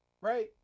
Right